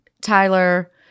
Tyler